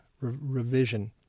revision